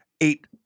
eight